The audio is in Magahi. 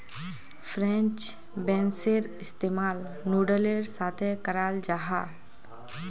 फ्रेंच बेंसेर इस्तेमाल नूडलेर साथे कराल जाहा